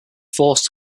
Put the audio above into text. forced